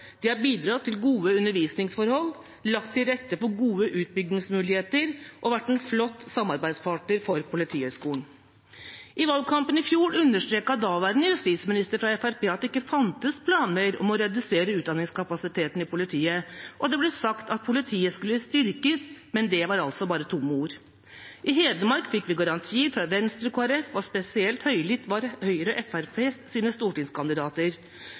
De har bidratt til gode undervisningsforhold, lagt til rette for gode utbyggingsmuligheter og vært en flott samarbeidspartner for politiet. I valgkampen i fjor understreket daværende justisminister fra Fremskrittspartiet at det ikke fantes planer om å redusere utdanningskapasiteten i politiet, og det ble sagt at politiet skulle styrkes. Men det var altså bare tomme ord. I Hedmark fikk vi garantier fra Venstre og Kristelig Folkeparti, og spesielt høylytte var Høyres og Fremskrittspartiets stortingskandidater: